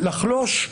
לחלוש